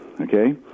okay